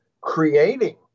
creating